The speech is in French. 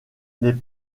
les